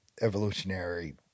evolutionary